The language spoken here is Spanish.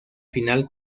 final